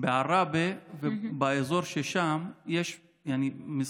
בעראבה ובאזור שם יש